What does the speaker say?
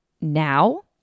now